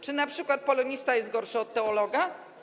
Czy np. polonista jest gorszy od teologa?